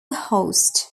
host